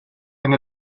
and